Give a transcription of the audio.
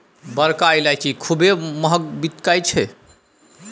बड़का ईलाइची खूबे महँग बिकाई छै